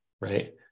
right